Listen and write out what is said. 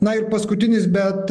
na ir paskutinis bet